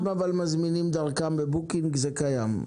אבל אם מזמינים אליהם בבוקינג זה קיים.